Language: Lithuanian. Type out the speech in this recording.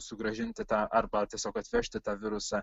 sugrąžinti tą arba tiesiog atvežti tą virusą